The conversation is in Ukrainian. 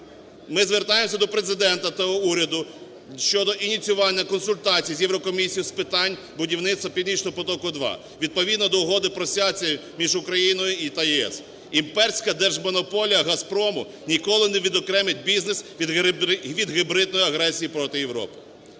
Ми звертаємось до Президента та уряду щодо ініціювання консультацій з Єврокомісією з питань будівництва "Північного потоку-2" відповідно до Угоди про асоціацію між Україною та ЄС. Імперська держмонополія "Газпрому" ніколи не відокремить бізнес від гібридної агресії проти Європи.